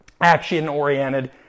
action-oriented